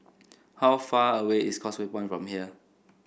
how far away is Causeway Point from here